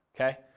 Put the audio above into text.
okay